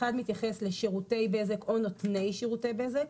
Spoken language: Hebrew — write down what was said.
אחד מתייחס לשירותי בזק או נותני שירותי בזק,